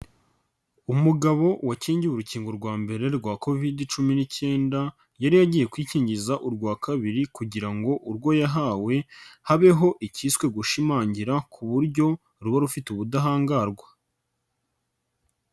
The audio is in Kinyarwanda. Umugabo wakingiwe urukingo rwa mbere rwa Covid cumi n'ikenda, yari yagiye kwikingiza urwa kabiri kugira ngo urwo yahawe habeho ikiswe gushimangira, ku buryo ruba rufite ubudahangarwa.